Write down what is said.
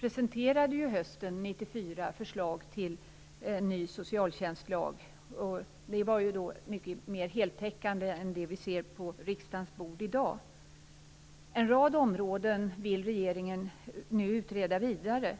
presenterade hösten 1994 ett förslag till ny socialtjänstlag som var mycket mer heltäckande än det vi ser på riksdagens bord i dag. En rad områden vill regeringen nu utreda vidare.